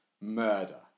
murder